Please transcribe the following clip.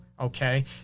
okay